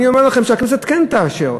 אני אומר לכם שהכנסת כן תאשר,